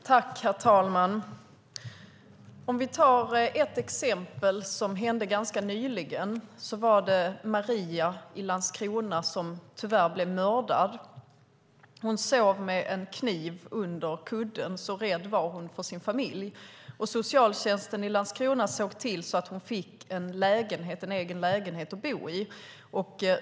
Herr talman! Ett exempel som inträffade ganska nyligen var mordet på Maria i Landskrona. Hon sov med en kniv under kudden - så rädd var hon för sin familj. Socialtjänsten i Landskrona såg till att hon fick en egen lägenhet att bo i.